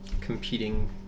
competing